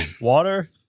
Water